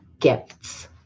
gifts